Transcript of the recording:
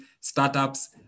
startups